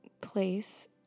place